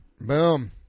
Boom